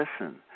listen